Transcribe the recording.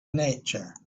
nature